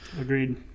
Agreed